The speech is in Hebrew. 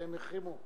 שהם החרימו?